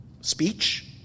speech